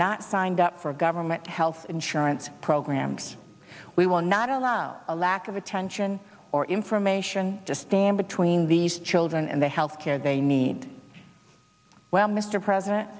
not signed up for government health insurance programs we will not allow a lack of attention or information to stand between these children and the health care they need well mr president